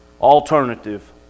alternative